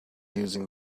using